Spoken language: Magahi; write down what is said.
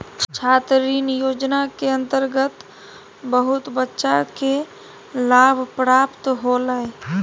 छात्र ऋण योजना के अंतर्गत बहुत बच्चा के लाभ प्राप्त होलय